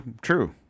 true